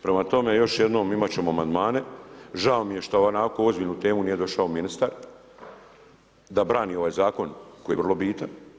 Prema tome, još jednom imat ćemo amandmane, žao mi je što na ovakvu ozbiljnu temu nije došao ministar da brani ovaj zakon koji je vrlo bitan.